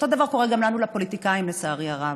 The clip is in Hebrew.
אותו דבר קורה גם לנו, לפוליטיקאים, לצערי הרב.